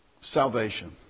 Salvation